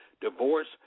divorce